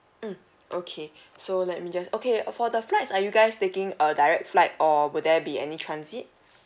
mm okay so let me just okay uh for the flights are you guys taking a direct flight or will there be any transit